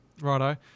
righto